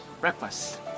breakfast